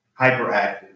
hyperactive